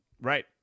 Right